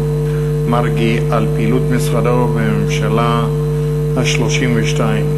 מרגי על פעילות משרדו בממשלה ה-32,